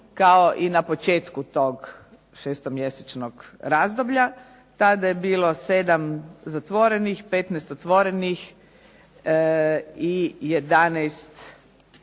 kao i na početku tog šestomjesečnog razdoblja. Tada je bilo 7 zatvorenih, 15 otvorenih i 11